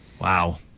Wow